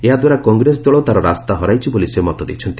ଏହାଦ୍ୱାରା କଂଗ୍ରେସ ଦଳ ତା'ର ରାସ୍ତା ହରାଇଛି ବୋଲି ସେ ମତ ଦେଇଛନ୍ତି